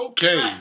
Okay